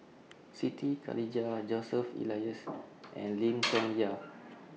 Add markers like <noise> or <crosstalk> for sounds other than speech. Siti Khalijah Joseph Elias and <noise> Lim Chong Yah